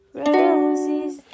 roses